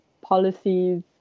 policies